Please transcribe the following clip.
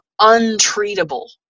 untreatable